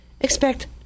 Expect